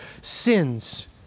sins